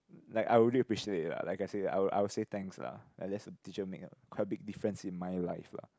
like I really appreciate it lah like I said I I'll say thanks lah at least the teacher make a quite big difference in my life lah